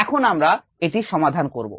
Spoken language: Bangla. এখন আমরা এটি সমাধান করব